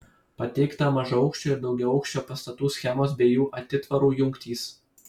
pateikta mažaaukščio ir daugiaaukščio pastatų schemos bei jų atitvarų jungtys